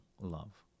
love